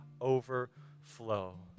overflow